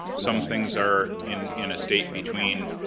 some things are in in a state between